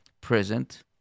present